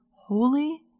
holy